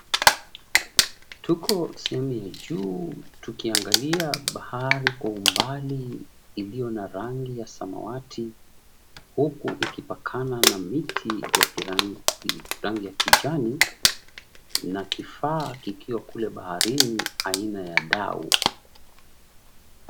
Tuko sehemu ya juu tukiangalia bahari kwa umbali iliyo na rangi ya samawati huku ikipakana na miti ya rangi ya kijani na kifaa kikiwa kule baharini aina ya dau.